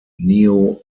neo